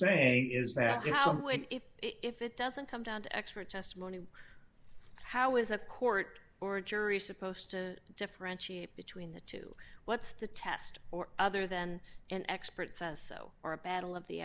saying is that if if it doesn't come down to expert testimony how is a court or a jury supposed to differentiate between the two what's the test or other then an expert says so or a battle of the